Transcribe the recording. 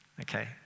Okay